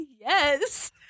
Yes